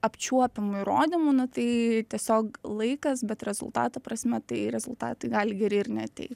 apčiuopiamų įrodymų nu tai tiesiog laikas bet rezultato prasme tai rezultatai gali geri ir neateit